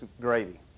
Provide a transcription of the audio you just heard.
gravy